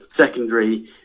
secondary